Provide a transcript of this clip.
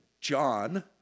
John